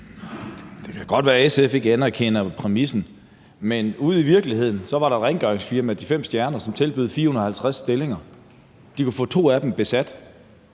Det kan godt være, at SF ikke anerkender præmissen, men ude i virkeligheden var der et rengøringsfirma, De 5 Stjerner, som tilbød 450 stillinger. De kunne få to af dem besat.